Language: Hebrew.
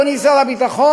אדוני שר הביטחון,